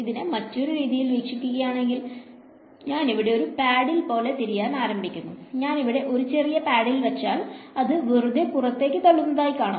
ഇതിനെ മറ്റൊരു രീതിയിൽ വീക്ഷിക്കുകയാണെങ്കിൽ ഞാൻ ഇവിടെ ഒരു പാഡിൽ പോലെ തിരിയാൻ ആരംഭിക്കുന്നു ഞാൻ ഇവിടെ ഒരു ചെറിയ പാഡിൽ വച്ചാൽ അത് വെറുതെ പുറത്തേക്ക് തള്ളൂന്നതായി കാണാം